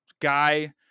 guy